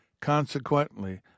Consequently